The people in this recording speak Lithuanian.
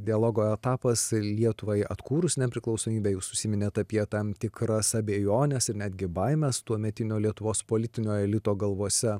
dialogo etapas lietuvai atkūrus nepriklausomybę jūs užsiminėt apie tam tikras abejones ir netgi baimes tuometinio lietuvos politinio elito galvose